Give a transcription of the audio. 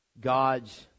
God's